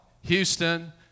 Houston